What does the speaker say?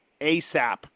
ASAP